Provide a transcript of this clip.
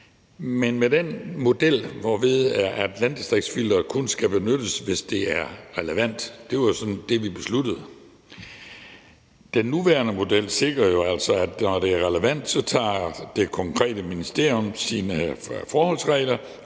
men med en model, hvorved landdistriktsfilteret kun skal benyttes, hvis det er relevant. Det var det, vi besluttede. Den nuværende model sikrer jo altså, at når det er relevant, tager det konkrete ministerium sine forholdsregler